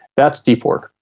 that's deep work.